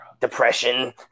Depression